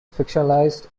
fictionalized